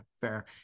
Fair